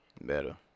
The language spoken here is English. Better